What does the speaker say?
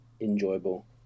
enjoyable